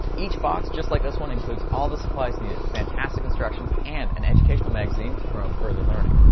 each box just like this one includes all the supplies needed. fantastic instructions and an educational magazine to promote further learning.